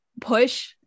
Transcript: push